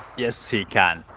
yes, he can.